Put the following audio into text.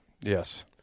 Yes